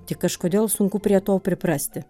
tik kažkodėl sunku prie to priprasti